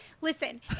Listen